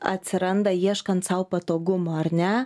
atsiranda ieškant sau patogumo ar ne